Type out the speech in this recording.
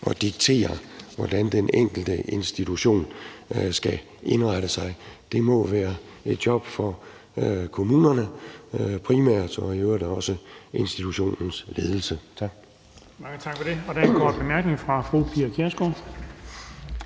og diktere, hvordan den enkelte institution skal indrette sig. Det må være et job for primært kommunerne og i øvrigt også institutionens ledelse. Tak. Kl. 11:51 Den fg. formand (Erling Bonnesen): Mange tak for det. Der er en kort bemærkning fra fru Pia Kjærsgaard.